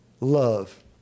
love